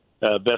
best